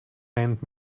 rennt